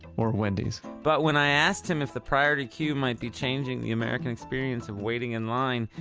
or wendy's but when i asked him if the priority queue might be changing the american experience of waiting in line,